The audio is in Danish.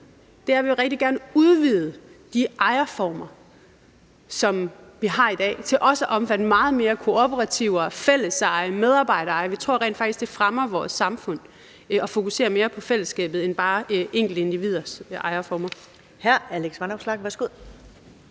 vil, er, at vi rigtig gerne vil udvide de ejerformer, som vi har i dag, til også at omfatte meget mere kooperativer, fælleseje, medarbejdereje. Vi tror rent faktisk, at det fremmer vores samfund at fokusere mere på fællesskabet end bare enkeltindividers ejerformer. Kl. 15:28 Første